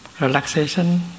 relaxation